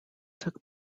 took